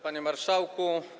Panie Marszałku!